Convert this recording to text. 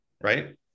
right